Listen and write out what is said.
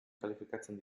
kalifikatzen